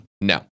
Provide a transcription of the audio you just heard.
No